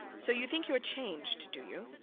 so you think you're changed, do you